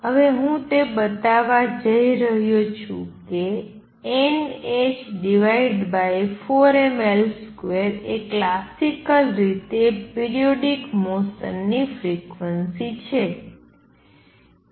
હવે હું તે બતાવવા જઇ રહ્યો છું કે nh4ml2 એ ક્લાસિકલ રીતે પિરિયોડિક મોસન ની ફ્રિક્વન્સી છે